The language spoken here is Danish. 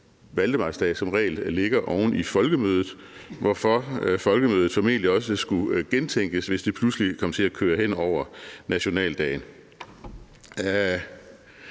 valdemarsdag som regel ligger oven i Folkemødet, hvorfor Folkemødet formentlig også ville skulle gennemtænkes, hvis det pludselig kom til at køre hen over nationaldagen.